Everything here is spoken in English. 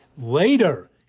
Later